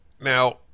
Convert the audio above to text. Now